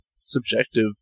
subjective